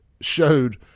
showed